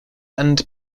and